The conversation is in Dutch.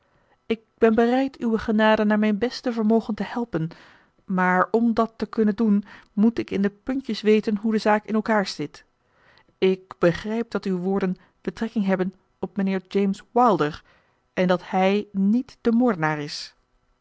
ik ben bereid uwe genade naar mijn beste vermogen te helpen maar om dat te kunnen doen moet ik in de puntjes weten hoe de zaak in elkaar zit ik begrijp dat uw woorden betrekking hebben op mr james wilder en dat hij niet de moordenaar is